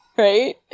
Right